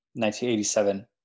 1987